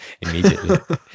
immediately